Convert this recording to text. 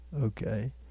Okay